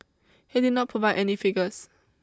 he did not provide any figures